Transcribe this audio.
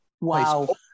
Wow